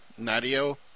Nadio